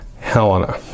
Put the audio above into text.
Helena